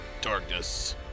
Darkness